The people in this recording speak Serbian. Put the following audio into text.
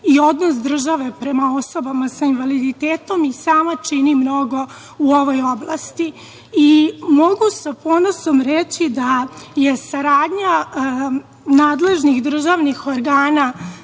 i odnos države prema osobama sa invaliditetom, i sama čini mnogo u ovoj oblasti i mogu sa ponosom reći da je saradnja nadležnih državnih organa